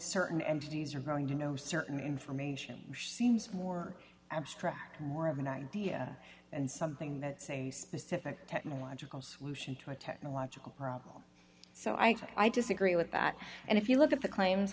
entities are going to know certain information which seems more abstract more of an idea and something that's a specific technological solution to a technological problem so i think i disagree with that and if you look at the claims